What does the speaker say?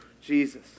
Jesus